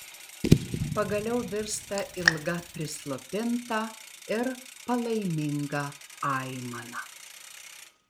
pagaliau virsta ilga prislopinta ir palaiminga aimana